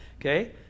Okay